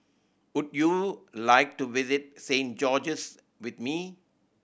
would you like to visit Saint George's with me